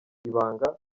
ibanga